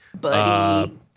Buddy